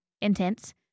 intense